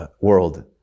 world